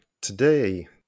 today